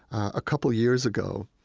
a couple years ago,